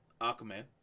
Aquaman